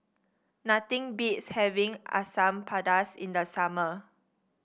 nothing beats having Asam Pedas in the summer